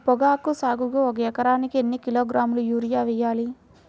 పొగాకు సాగుకు ఒక ఎకరానికి ఎన్ని కిలోగ్రాముల యూరియా వేయాలి?